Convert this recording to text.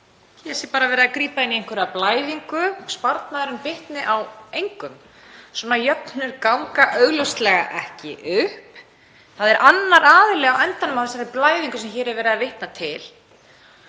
hér sé bara verið að grípa inn í einhverja blæðingu, sparnaðurinn bitni ekki á neinum. Svona jöfnur ganga augljóslega ekki upp. Það er annar aðili á endanum á þessari blæðingu sem hér er verið að vitna til.